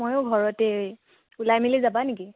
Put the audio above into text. মইও ঘৰতে ওলাই মেলি যাবা নেকি